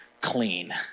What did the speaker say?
clean